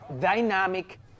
dynamic